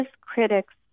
critics